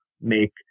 make